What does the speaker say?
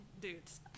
dudes